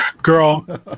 Girl